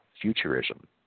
futurism